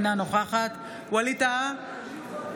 אינה נוכחת ווליד טאהא,